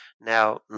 now